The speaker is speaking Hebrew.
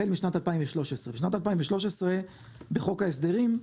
החל משנת 2013. בשנת 2013, בחוק ההסדרים,